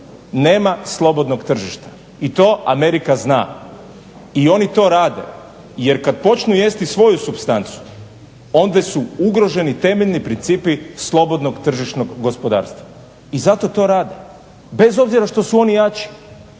nema slobodnog tržišta i to Amerika zna. I oni to rade, jer kad počnu jesti svoju supstancu onda su ugroženi temeljni principi slobodnog tržišnog gospodarstva. I zato to rade bez obzira što su oni jači,